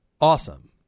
awesome